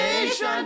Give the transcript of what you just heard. nation